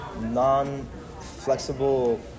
non-flexible